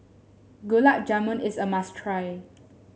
Gulab Jamun is a must try